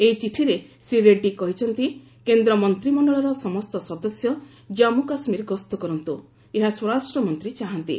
ଏହି ଚିଠିରେ ଶ୍ରୀ ରେଡ୍ରୀ କହିଛନ୍ତି କେନ୍ଦ୍ର ମନ୍ତିମଶ୍ଚଳର ସମସ୍ତ ସଦସ୍ୟ ଜନ୍ମୁ କାଶ୍ମୀର ଗସ୍ତ କରନ୍ତୁ ଏହା ସ୍ୱରାଷ୍ଟ୍ର ମନ୍ତ୍ରୀ ଚାହାନ୍ତି